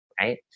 Right